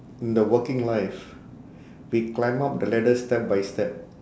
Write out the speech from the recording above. in the working life we climb up the ladder step by step